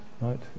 Right